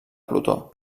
plutó